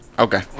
Okay